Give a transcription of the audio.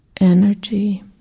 energy